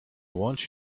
want